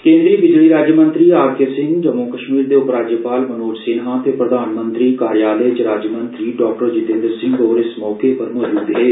केन्द्रीय बिजली राज्यमंत्री आर के सिंह जम्मू कश्मी दे उपराज्यपाल मनोज सिन्हा ते प्रधानमंत्री कार्यालय च राज्यमंत्री डॉ जितेन्द्र सिंह होर इस मौके पर मजूद हे